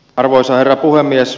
arvoisa herra puhemies